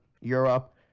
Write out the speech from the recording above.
europe